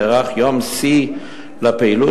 נערך יום שיא לפעילות,